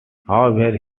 however